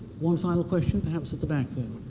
one final question? perhaps at the back there.